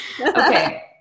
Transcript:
okay